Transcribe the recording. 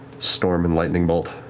storm and lightning bolt